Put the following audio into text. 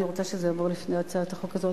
אני רוצה שזה יעבור לפני סיום המושב.